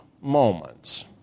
moments